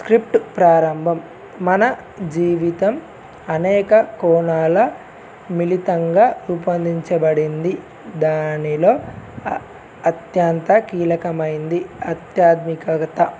script ప్రారంభం మన జీవితం అనేక కోణాల మిళితంగా రూపొందించబడింది దానిలో అత్యంత కీలకమైంది ఆధ్యాత్మికత